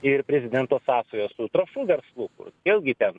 ir prezidento sąsajos su trąšų verslu kur vėlgi ten